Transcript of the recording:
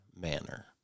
manner